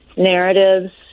narratives